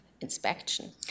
inspection